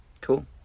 Cool